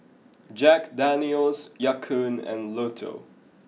Jack Daniel's Ya Kun and Lotto